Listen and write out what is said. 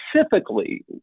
specifically